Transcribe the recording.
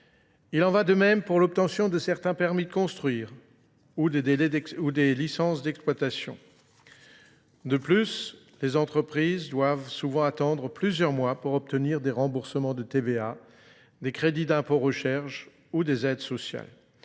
Il en va de même pour l'obtention de certains permis de construire ou des licences d'exploitation. De plus, les entreprises doivent souvent attendre plusieurs mois pour obtenir des remboursements de TVA, des crédits d'impôt-recherche ou des aides sociales.